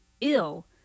ill